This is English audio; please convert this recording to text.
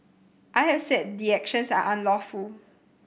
I have said the actions are unlawful